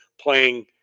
playing